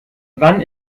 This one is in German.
wann